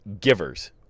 givers